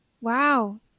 Wow